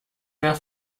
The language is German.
mehr